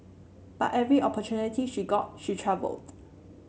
but every opportunity she got she travelled